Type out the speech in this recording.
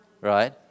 Right